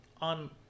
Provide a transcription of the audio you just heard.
on